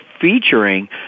featuring